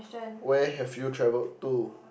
where have you travelled to